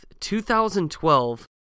2012